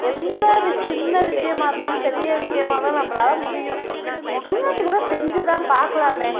எந்த சின்ன விஷயமா இருந்தாலும் பெரிய விஷயமா இருந்தாலும் நம்மளால முடியும் முடியாட்டிகூட செஞ்சிதான் பார்க்கலாமே